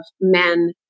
men